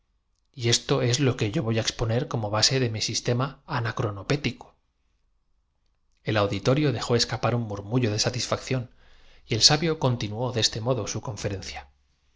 y esto es lo que yo voy á exponer como base de mi sis oyentes acostumbrados á ver á sus oradores hacer tema anacronopético siempre uso del agua en la peroración reanudó así el auditorio dejó escapar un murmullo de satisfac el hilo de la suya todo íenómeno obedece á una causa y sin em ción y el sabio continuó de este modo su conferencia